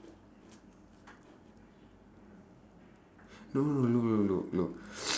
look look look look look